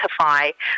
identify